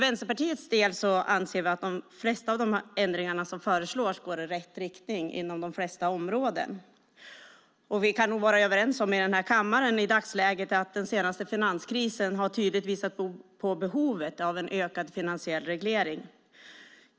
Vänsterpartiet anser att de flesta av de ändringar som föreslås går i rätt riktning inom de flesta områden. I dagsläget kan vi i kammaren nog vara överens om att den senaste finanskrisen tydligt har visat på behovet av en ökad finansiell reglering.